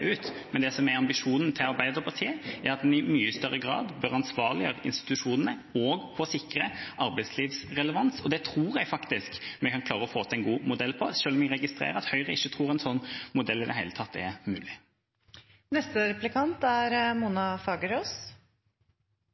ut. Men ambisjonen til Arbeiderpartiet er at en i mye større grad bør ansvarliggjøre institusjonene også for å sikre arbeidslivsrelevans, og det tror jeg faktisk vi kan klare å få til en god modell for, selv om jeg registrerer at Høyre ikke tror en slik modell i det hele tatt er